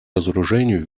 разоружению